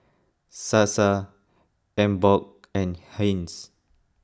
Sasa Emborg and Heinz